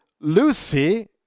Lucy